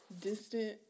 distant